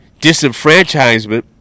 disenfranchisement